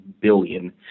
billion